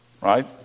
Right